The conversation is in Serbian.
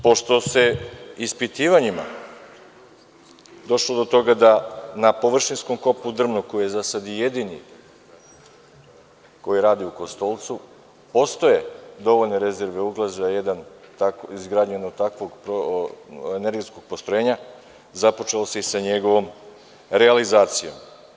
Pošto se ispitivanjima došlo do toga da na površinskom kopu Drvno, koji radi u Kostolcu, postoje dovoljne rezerve uglja za izgradnju jednog takvog energetskog postrojenja, započelo se i sa njegovom realizacijom.